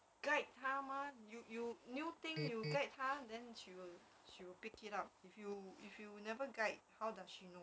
guide 她 mah you you new thing you guide 她 then she will she will pick it up if you if you never guide how does she know